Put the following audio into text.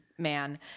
man